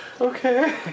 Okay